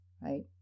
right